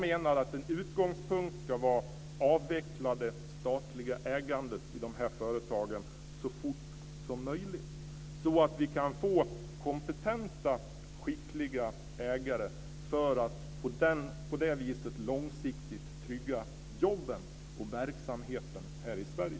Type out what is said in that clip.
Jag menar att en utgångspunkt ska vara detta: Avveckla det statliga ägandet i dessa företag så fort som möjligt så att vi kan få kompetenta, skickliga ägare för att på det viset långsiktigt trygga jobben och verksamheten här i Sverige!